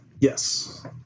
Yes